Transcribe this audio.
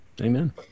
Amen